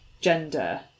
gender